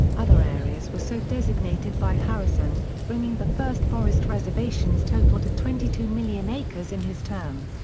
other areas were so designated by harrison, bringing the first forest reservations total to twenty two million acres in his term.